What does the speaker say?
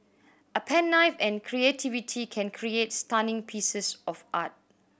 a pen knife and creativity can create stunning pieces of art